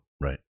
Right